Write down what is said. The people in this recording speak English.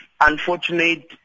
unfortunate